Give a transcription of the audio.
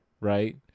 Right